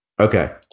Okay